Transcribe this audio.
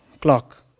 clock